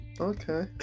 okay